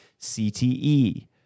CTE